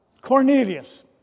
Cornelius